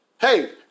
Hey